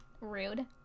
Rude